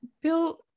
Bill